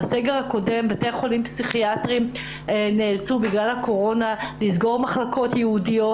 בסגר הקודם בתי חולים פסיכיאטריים נאלצו לסגור מחלקות ייעודיות,